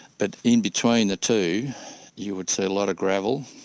but in between the two you would see a lot of gravel,